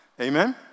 Amen